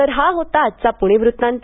तर हा होता आजचा पूणे वृत्तांत